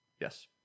Yes